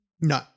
No